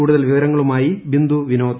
കൂടുതൽ വിവരങ്ങളുമായി ബിന്ദു വിനോദ്